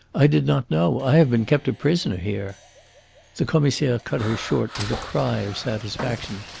i did not know i have been kept a prisoner here the commissaire cut her short with a cry of satisfaction.